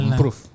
proof